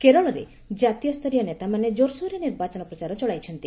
କେରଳରେ ଜାତୀୟ ସ୍ତରୀୟ ନେତାମାନେ ଜୋରସୋରରେ ନିର୍ବାଚନ ପ୍ରଚାର ଚଳାଇଛନ୍ତି